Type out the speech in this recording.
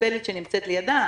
שהמטפלת שנמצאת לידה,